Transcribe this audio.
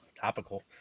Topical